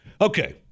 Okay